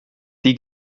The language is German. die